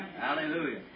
Hallelujah